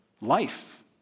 Life